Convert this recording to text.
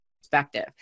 perspective